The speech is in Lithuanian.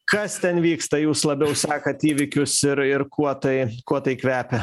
kas ten vyksta jūs labiau sekat įvykius ir ir kuo tai kuo tai kvepia